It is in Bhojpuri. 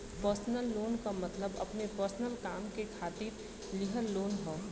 पर्सनल लोन क मतलब अपने पर्सनल काम के खातिर लिहल लोन हौ